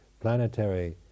planetary